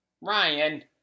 Ryan